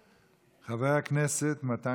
חבר הכנסת מתן כהנא נמצא?